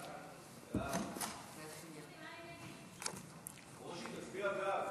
סעיפים 1 9